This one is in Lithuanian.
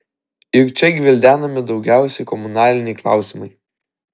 juk čia gvildenami daugiausiai komunaliniai klausimai